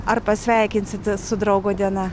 ar pasveikinsite su draugo diena